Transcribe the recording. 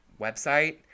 website